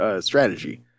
strategy